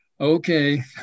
Okay